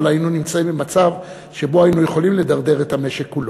אבל היינו נמצאים במצב שבו היינו יכולים לדרדר את המשק כולו,